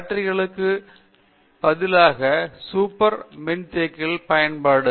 பேட்டரிகளுக்குப் பதிலாக சூப்பர் மின்தேக்கிகள் பயன்பாடு